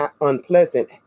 unpleasant